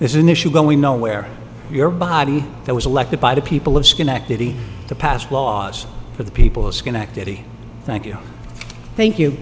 this is an issue going nowhere your body that was elected by the people of schenectady to pass laws for the people of schenectady thank you thank you